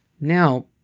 Now